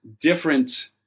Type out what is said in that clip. different